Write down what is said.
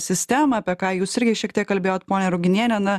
sistemą apie ką jūs irgi šiek tiek kalbėjot ponia ruginiene na